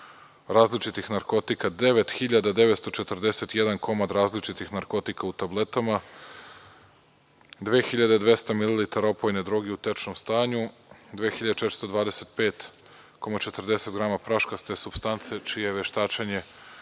različitih narkotika, 9.941 komad različitih narkotika u tabletama, 2.200 mililitara opojne droge u tečnom stanju, 2.425,40 grama praškaste supstance čije je veštačenje